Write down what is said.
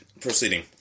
Proceeding